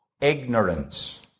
ignorance